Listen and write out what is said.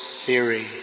theory